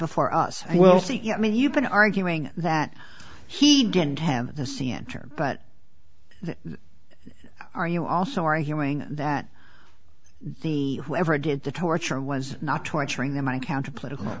before us wealthy i mean you've been arguing that he didn't have the sea enter but are you also arguing that the whoever did the torture was not torturing them i countered political